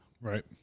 Right